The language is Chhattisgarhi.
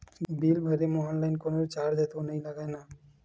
बिल भरे मा ऑनलाइन कोनो चार्ज तो नई लागे ना?